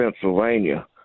Pennsylvania